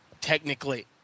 technically